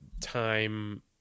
time